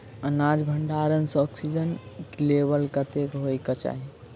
अनाज भण्डारण म ऑक्सीजन लेवल कतेक होइ कऽ चाहि?